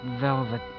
velvet